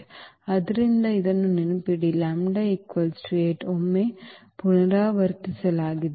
ಆದ್ದರಿಂದ ಇದನ್ನು ನೆನಪಿಡಿ λ 8 ಒಮ್ಮೆ ಪುನರಾವರ್ತಿಸಲಾಗಿದೆ